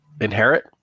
inherit